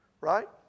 Right